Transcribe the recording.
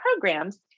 programs